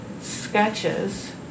sketches